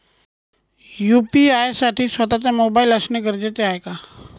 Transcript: UPI साठी स्वत:चा mobile असणे गरजेचे आहे का?